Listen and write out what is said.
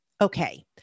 Okay